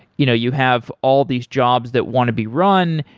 you know you have all these jobs that want to be run.